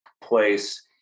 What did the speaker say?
place